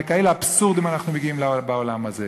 לכאלה אבסורדים אנחנו מגיעים בעולם הזה.